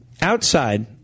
Outside